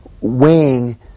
weighing